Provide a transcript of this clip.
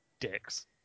Dicks